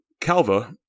Calva